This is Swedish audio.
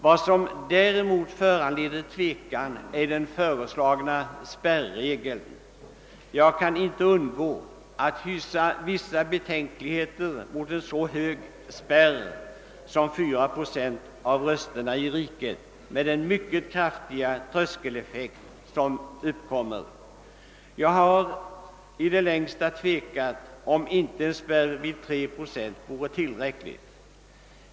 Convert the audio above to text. Vad som däremot föranleder tvekan är den föreslagna spärregeln. Jag kan inte undgå att hysa vissa betänkligheter mot en så hög spärr som 4 procent av rösterna i riket med den mycket kraftiga tröskeleffekt som därvid uppkommer. Jag har i det längsta tvekat om huruvida inte en spärr vid 3 procent vore tillräcklig.